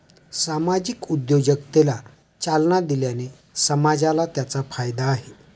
सामाजिक उद्योजकतेला चालना दिल्याने समाजाला त्याचा फायदा आहे